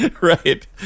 Right